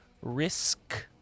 risk